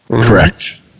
correct